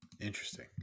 Interesting